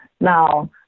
now